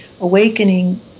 awakening